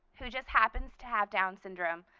who just happens to have down syndrome,